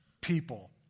people